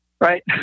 right